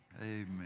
Amen